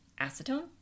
Acetone